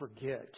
forget